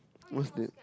most did